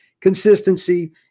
Consistency